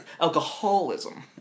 Alcoholism